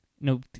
no